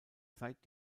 seit